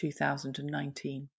2019